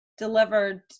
delivered